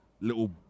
little